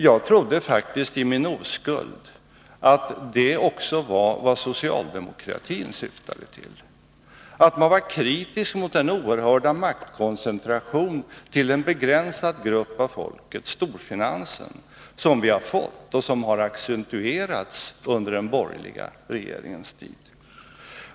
Jag trodde faktiskt i min oskuld att det också var vad socialdemokratin syftade till: att man var kritisk mot den oerhörda maktkoncentration till en begränsad grupp av folket, storfinansen, som vi har fått och som har accentuerats under den borgerliga regeringens tid.